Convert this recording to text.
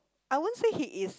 I won't say he is